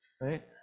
right